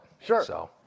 Sure